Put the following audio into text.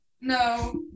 No